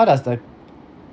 how does the